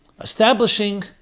establishing